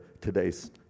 today's